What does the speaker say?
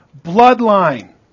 bloodline